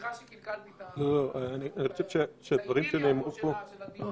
וסליחה שקלקלתי את האידיליה פה של הדיון.